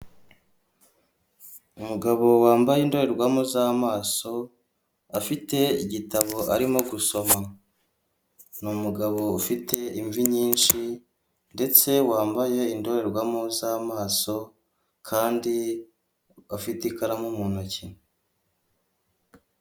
Umugabo wambaye indorerwamo z'amaso afite igitabo arimo gusoma, ni umugabo ufite imvi nyinshi ndetse wambaye indorerwamo z'amaso kandi afite ikaramu mu ntoki.